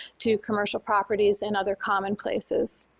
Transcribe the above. to commercial properties, and other common places.